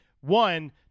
One